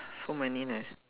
so many